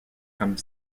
comme